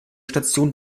station